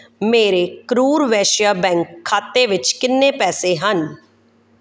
ਮੇਰੇ ਕਰੂਰ ਵੈਸ਼ਿਆ ਬੈਂਕ ਖਾਤੇ ਵਿੱਚ ਕਿੰਨੇ ਪੈਸੇ ਹਨ